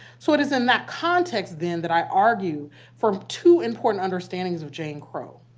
so it is in that context, then, that i argue for two important understandings of jane crow.